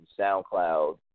SoundCloud